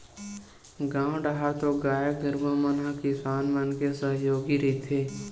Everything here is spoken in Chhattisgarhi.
गाँव डाहर तो गाय गरुवा मन ह किसान मन के सहयोगी रहिथे